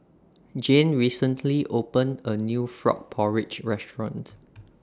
Jane recently opened A New Frog Porridge Restaurant